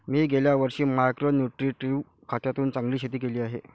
मी गेल्या वर्षी micro nutritive खतातून चांगले शेती केली आहे